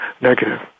negative